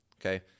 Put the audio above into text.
okay